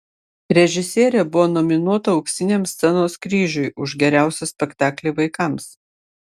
režisierė buvo nominuota auksiniam scenos kryžiui už geriausią spektaklį vaikams